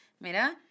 Mira